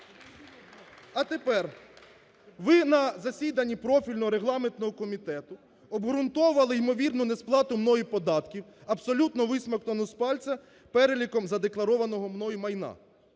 А тепер ви на засіданні профільного регламентного комітету обґрунтовували ймовірну несплату мною податків, абсолютно висмоктану з пальця, перелік задекларованого мною майна,